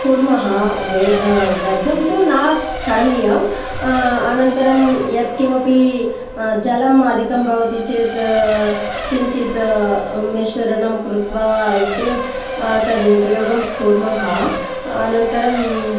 कुर्मः व्यर्थं तु न करणीयं अनन्तरं यत् किमपि जलम् अधिकं भवति चेत् किञ्चित् मिश्रणं कृत्वा इट्ट् तत् उपयोगं कुर्मः अनन्तरम्